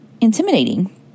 intimidating